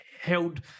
held –